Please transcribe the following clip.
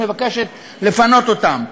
מבקשת לפנות אותם.